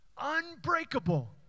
unbreakable